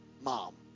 mom